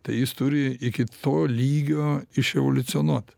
tai jis turi iki to lygio iš evoliucionuot